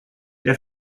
der